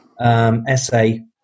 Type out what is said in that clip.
essay